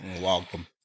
Welcome